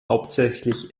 hauptsächlich